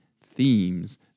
themes